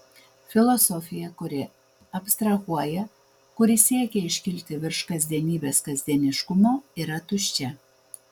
filosofija kuri abstrahuoja kuri siekia iškilti virš kasdienybės kasdieniškumo yra tuščia